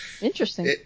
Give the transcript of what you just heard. Interesting